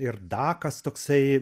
ir dakas toksai